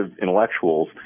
intellectuals